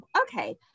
okay